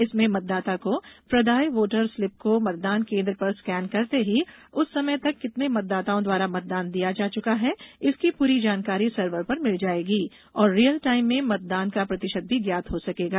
इसमें मतदाता को प्रदाय वोटर स्लिप को मतदान केन्द्र पर स्केन करते ही उस समय तक कितने मतदाताओं द्वारा मतदान किया जा चुका है इसकी पूरी जानकारी सर्वर पर मिल जाएगी और रीयल टाइम में मतदान का प्रतिशत भी ज्ञात हो सकेगा